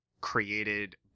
created